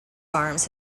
arms